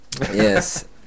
yes